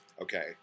Okay